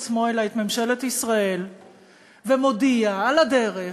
עצמו אלא את ממשלת ישראל ומודיע על הדרך